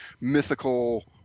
mythical